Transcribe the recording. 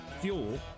fuel